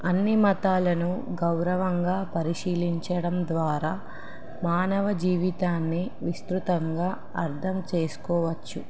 అన్ని మతాలను గౌరవంగా పరిశీలించడం ద్వారా మానవ జీవితాన్ని విస్తృతంగా అర్థం చేసుకోవచ్చు